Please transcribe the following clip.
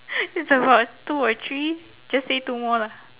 it's about two or three just say two more lah